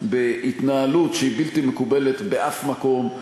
בהתנהלות שהיא בלתי מקובלת באף מקום.